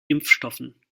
impfstoffen